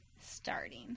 starting